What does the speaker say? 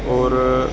ਔਰ